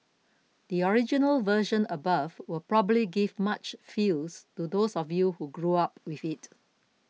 the original version above will probably give much feels to those of you who grew up with it